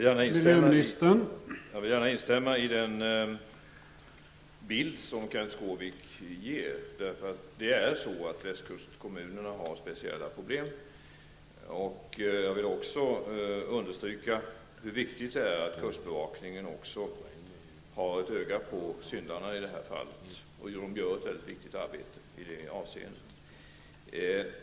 Herr talman! Jag vill gärna instämma i den beskrivning som Kenth Skårvik ger. Västkustkommunerna har speciella problem. Jag vill också understryka hur viktigt det är att kustbevakningen håller ett öga på syndarna i det här fallet, och man gör också ett mycket viktigt arbete i detta avseende.